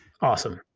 Awesome